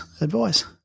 advice